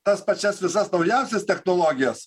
tas pačias visas naujausias technologijas